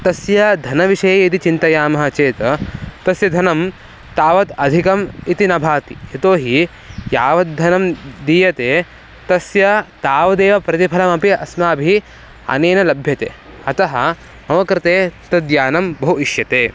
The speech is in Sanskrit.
तस्य धनविषये यदि चिन्तयामः चेत् तस्य धनं तावत् अधिकम् इति न भाति यतोहि यावत् धनं दीयते तस्य तावदेव प्रतिफलमपि अस्माभिः अनेन लभ्यते अतः मम कृते तद्यानं बहु इष्यते